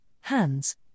hands